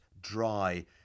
dry